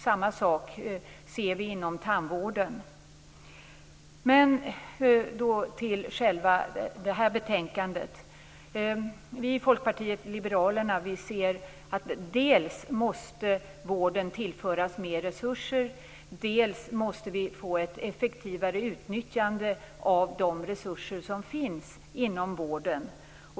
Samma sak ser vi när det gäller tandvården. Vi i Folkpartiet liberalerna anser att dels måste vården tillföras mer resurser, dels måste vi få ett effektivare utnyttjande av de resurser som finns inom vården.